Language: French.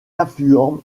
affluents